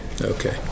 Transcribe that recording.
okay